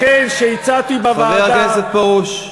לכן, כשהצעתי בוועדה, חבר הכנסת פרוש,